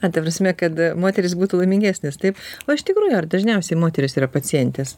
na ta prasme kad moterys būtų laimingesnės taip o iš tikrųjų ar dažniausiai moterys yra pacientės